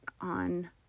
on